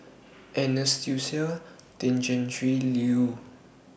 Tjendri Liew